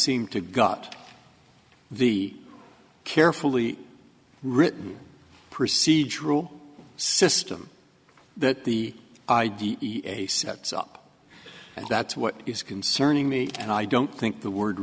seem to gut the carefully written procedural system that the idea sets up and that's what is concerning me and i don't think the word